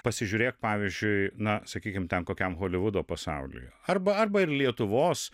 pasižiūrėk pavyzdžiui na sakykime ten kokiam holivudo pasaulyje arba arba ir lietuvos